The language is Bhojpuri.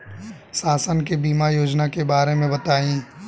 शासन के बीमा योजना के बारे में बताईं?